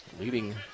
leading